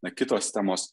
na kitos temos